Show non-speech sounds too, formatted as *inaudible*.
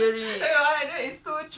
*noise*